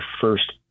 first